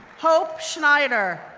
hope schneider,